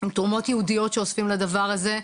תרומות ייעודיות שאוספים לדבר הזה.